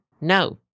no